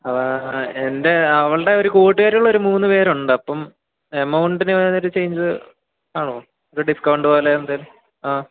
അതാണ് എൻ്റെ അവളുടെ ഒരു കൂട്ടുകാരികൾ ഒരു മൂന്ന് പേരുണ്ട് അപ്പം എമൗണ്ടിന് ഒരു ചേഞ്ച് കാണുമോ ഒരു ഡിസ്ക്കൗണ്ട് പോലെ എന്തെങ്കിലും ആ